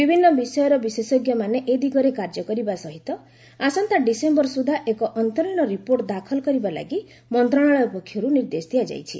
ବିଭିନ୍ନ ବିଷୟର ବିଶେଷଜ୍ଞମାନେ ଏ ଦିଗରେ କାର୍ଯ୍ୟ କରିବା ସହିତ ଆସନ୍ତା ଡିସେମ୍ବର ସୁଦ୍ଧା ଏକ ଅନ୍ତରୀଣ ରିପୋର୍ଟ ଦାଖଲ କରିବା ଲାଗି ମନ୍ତ୍ରଣାଳୟ ପକ୍ଷରୁ ନିର୍ଦ୍ଦେଶ ଦିଆଯାଇଛି